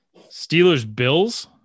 Steelers-Bills